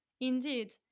Indeed